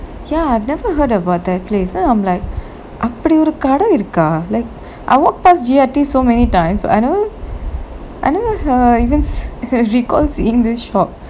ya I've never heard about that place then I'm like அப்டி ஒரு கடை இருக்கா:apdi oru kadai irukkaa like I walk past G_R_T so many times but I never I never have even see recall seeing this shop